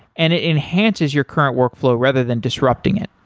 and it enhances your current workflow rather than disrupting it.